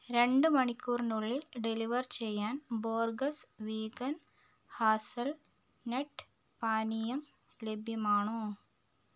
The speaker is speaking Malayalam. രണ്ട് മണിക്കൂറിനുള്ളിൽ ഡെലിവർ ചെയ്യാൻ ബോർഗസ് വീഗൻ ഹാസൽനട്ട് പാനീയം ലഭ്യമാണോ